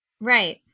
right